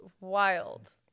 wild